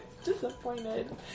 Disappointed